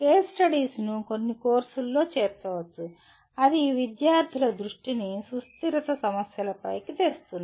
case స్టడీస్ను కొన్ని కోర్సుల్లో చేర్చవచ్చు అది విద్యార్థుల దృష్టిని సుస్థిరత సమస్యలపైకి తెస్తుంది